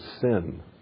sin